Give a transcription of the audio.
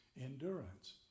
endurance